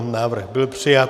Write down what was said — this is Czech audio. Návrh byl přijat.